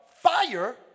fire